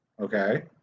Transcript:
okay